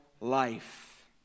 life